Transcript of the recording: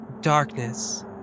darkness